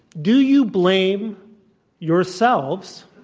do you blame yourselves